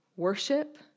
worship